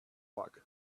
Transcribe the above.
luck